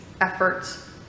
efforts